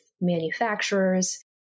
manufacturers